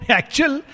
actual